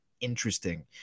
interesting